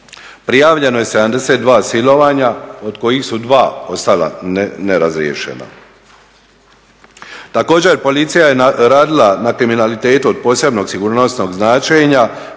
Prijavljeno je 72 silovanja od kojih su 2 ostala nerazriješena. Također policija je radila na kriminalitetu od posebnog sigurnosnog značenja